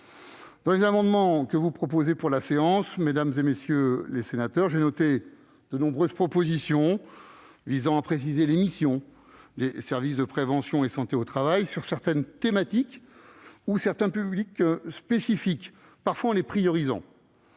Parmi vos amendements de séance, mesdames, messieurs les sénateurs, j'ai noté de nombreuses propositions visant à préciser les missions des services de prévention et de santé au travail sur certaines thématiques ou certains publics spécifiques, parfois en les priorisant.